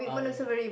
uh eh